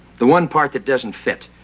the one part that doesn't fit.